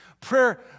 Prayer